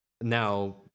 now